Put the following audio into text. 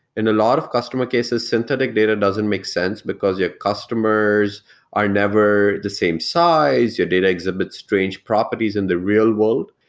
and a lot of customer cases, synthetic data doesn't make sense, because your customers are never the same size, your data exhibits strange properties in the real-world,